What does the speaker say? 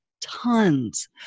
tons